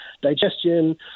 digestion